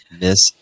Miss